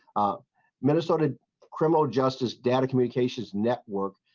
i mean it started criminal justice data communications network.